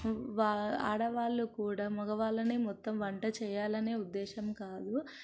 ఆడవాళ్లు కూడా మగవాళ్ళనే మొత్తం వంట చేయాలని ఉద్దేశ్యం కాదు